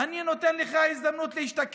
אני נותנת לך הזדמנות להשתקם,